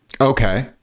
Okay